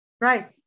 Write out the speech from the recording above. Right